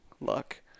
luck